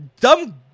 dumb